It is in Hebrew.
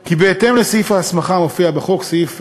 כי בהתאם לסעיף ההסמכה המופיע בחוק, סעיף